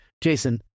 Jason